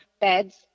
beds